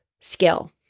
skill